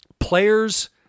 Players